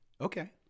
Okay